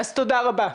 אז תודה רבה.